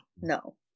no